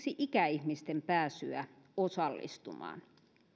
ikäihmisten pääsyä osallistumaan